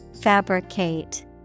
Fabricate